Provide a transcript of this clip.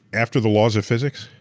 after the laws of physics,